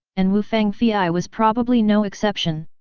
and wu fangfei was probably no exception.